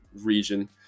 region